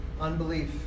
Unbelief